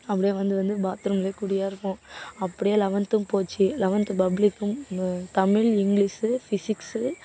அப்படியே வந்து வந்து பாத்ரூம்லேயே குடியாக இருப்போம் அப்படியே லெவன்த்தும் போச்சு லெவன்த்து பப்ளிக்கும் தமிழ் இங்கிலீஷு ஃபிசிக்ஸு